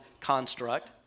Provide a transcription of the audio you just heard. construct